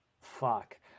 fuck